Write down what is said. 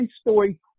Story